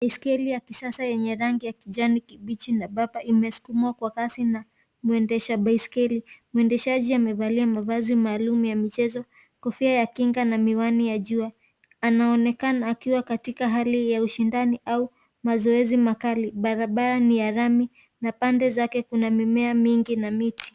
Baiskeli ya kisasa yenye rangi ya kijani kimbichi nyembamba imesukumwa kwa kasi na muendesha baiskeli. Muendeshaji amevalia mavazi maalum ya michezo, kofia ya kinga na miwani ya jua. Anaoekana akiwa katika hali ya ushidani au mazoezi makali. Barabara ni ya lami na pande zake kuna mimea mingi na miti.